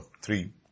three